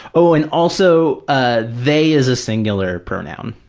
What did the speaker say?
oh, and also, ah they as a singular pronoun,